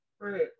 Right